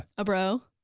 a bro?